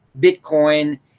Bitcoin